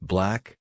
Black